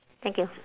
thank you